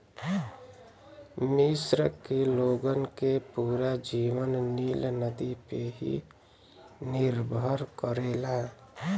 मिस्र के लोगन के पूरा जीवन नील नदी पे ही निर्भर करेला